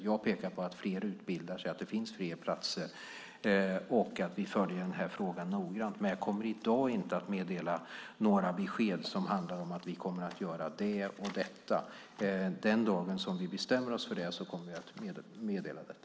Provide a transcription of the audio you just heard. Jag pekar på att fler utbildar sig, att det finns fler platser och att vi följer denna fråga noggrant, men jag kommer i dag inte att meddela några besked om att vi kommer att göra det och det. Den dagen vi bestämmer oss för det kommer jag att meddela detta.